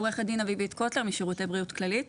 אני עורכת דין משירותי בריאות כללית.